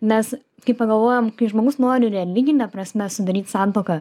nes kai pagalvojam kai žmogus nori religine prasme sudaryt santuoką